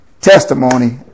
testimony